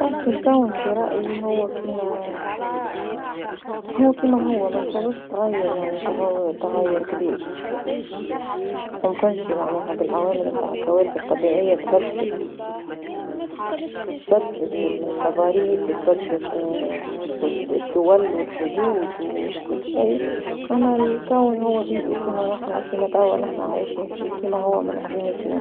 فصل الكون في رأيي هو كيما هو كيما، ما نتصورش تغير يعني تغير كبير، وما يمكونشي معناها بالعوامل متاع الكوارث الطبيعية تبدلت تبدلت التضاريس وتبدلت الدول والحدود وكل شيء، أما الكون هو بيدو كيما نحنا كيما توا نحنا عايشين فيه كيما هو من قديم الزمان.